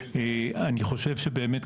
אני חושב שבאמת,